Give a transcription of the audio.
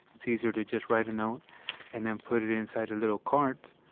it's easier to just write a note and then put it inside a little current,